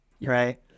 right